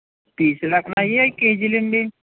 పీసులు లెక్కన అవి అవి కేజీలండి